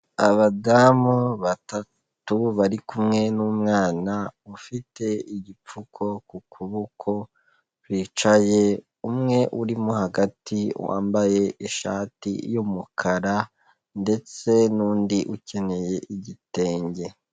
Abadamu batatu, bari kumwe n'umwana ufite igipfuko ku kuboko, bicaye, umwe urimo hagati wambaye ishati y'umukara ndetse n'undi ukenyeye igitenge.